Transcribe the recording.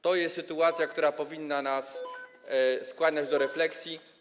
To jest sytuacja, która powinna nas skłaniać do refleksji.